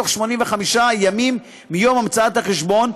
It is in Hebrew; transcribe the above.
בתוך 85 ימים מיום המצאת החשבון,